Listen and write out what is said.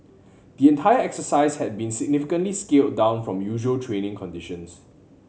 the entire exercise had been significantly scaled down from usual training conditions